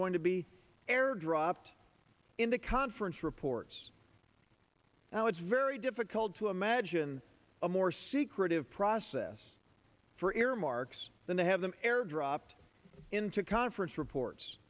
going to be airdropped into conference reports now it's very difficult to imagine a more or secretive process for earmarks than to have them air dropped into conference reports